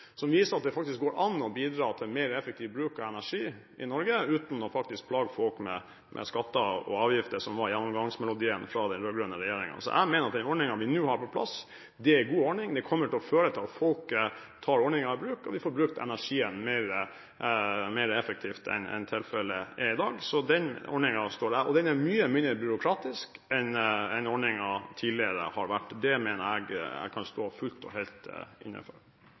som viser at det faktisk går an å bidra til mer effektiv bruk av energi i Norge uten å plage folk med skatter og avgifter, som var gjennomgangsmelodien fra den rød-grønne regjeringen. Jeg mener den ordningen vi nå har på plass, er en god ordning. Det kommer til å føre til at folk tar ordningen i bruk, og de får brukt energien mer effektivt enn tilfellet er i dag. Og den er mye mindre byråkratisk enn ordningen tidligere har vært. Det mener jeg at jeg kan stå fullt og helt